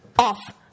Off